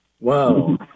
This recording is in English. Wow